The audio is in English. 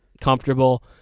comfortable